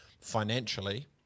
financially